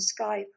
Skype